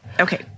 Okay